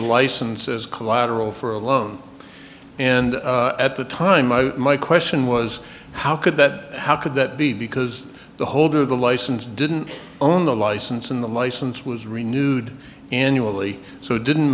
license as collateral for a loan and at the time my my question was how could that how could that be because the holder of the license didn't own the license and the license was renewed annually so it didn't